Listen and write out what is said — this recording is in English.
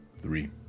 Three